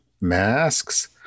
masks